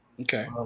Okay